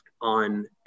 on